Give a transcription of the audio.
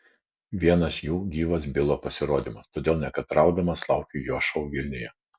vienas jų gyvas bilo pasirodymas todėl nekantraudamas laukiu jo šou vilniuje